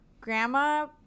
grandma